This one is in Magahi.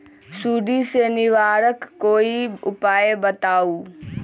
सुडी से निवारक कोई उपाय बताऊँ?